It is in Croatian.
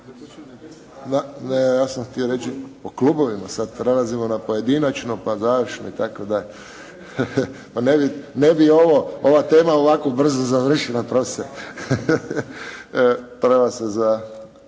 se ne čuje./ … Po klubovima, sada prelazimo na pojedinačno pa završno itd. Pa ne bi ova tema ovako brzo završila. Prva se za